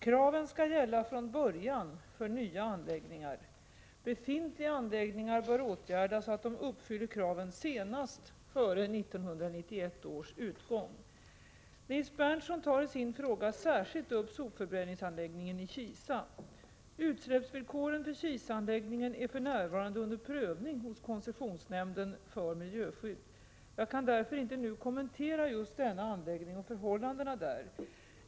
Kraven skall gälla från början för nya anläggningar. Befintliga anläggningar bör åtgärdas så att de uppfyller kraven senast före 1991 års utgång. Nils Berndtson tar i sin fråga särskilt upp sopförbränningsanläggningen i Kisa, Utsläppsvillkoren för Kisa-anläggningen är för närvarande under prövning hos koncessionsnämnden för miljöskydd. Jag kan därför inte nu kommentera just denna anläggning och förhållandena där.